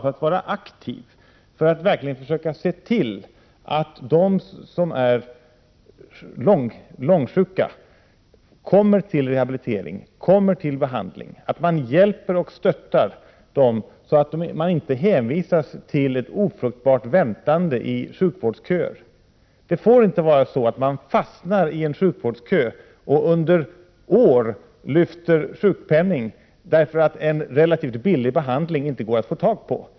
Den måste bli mera aktiv och verkligen se till att de som är långtidssjuka kommer till rehabilitering och till behandling, att man hjälper och stöttar dem så att de inte hänvisas till ett ofruktbart väntande i sjukvårdsköer. Det får inte vara så att man fastnar i en sjukvårdskö och under många år lyfter sjukpenning därför att en relativt billig behandling inte går att få tag på.